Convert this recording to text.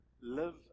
live